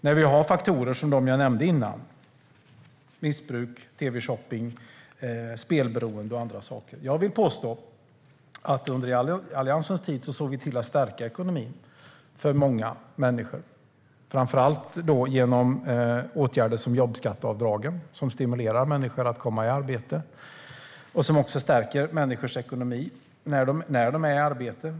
Där finns de faktorer jag nämnde tidigare, det vill säga missbruk, tv-shopping, spelberoende och så vidare. Jag vill påstå att vi under Alliansens tid såg till att stärka ekonomin för många människor, framför allt genom åtgärder som jobbskatteavdragen, som stimulerar människor att komma i arbete och som stärker människors ekonomi när de är i arbete.